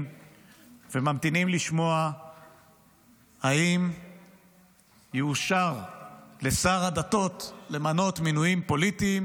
וממתינים לשמוע אם יאושר לשר הדתות למנות מינויים פוליטיים